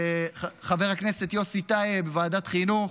חבר הכנסת יוסי טייב בוועדת חינוך,